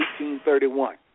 1831